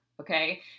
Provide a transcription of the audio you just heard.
okay